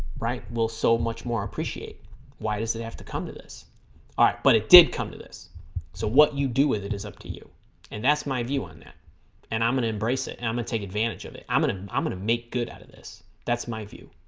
write will so much more appreciate why does it have to come to this all right but it did come to this so what you do with it is up to you and that's my view on that and i'm gonna embrace it and i'm gonna take advantage of it i'm and gonna i'm gonna make good out of this that's my view